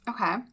Okay